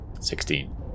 Sixteen